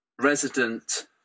resident